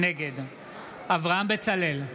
נגד אברהם בצלאל,